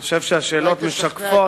אני חושב שהשאלות משקפות,